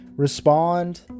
Respond